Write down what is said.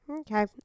Okay